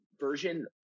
version